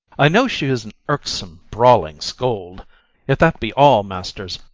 i know she is an irksome brawling scold if that be all, masters,